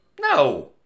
No